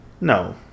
No